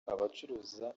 abacuruza